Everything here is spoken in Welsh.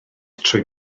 trwy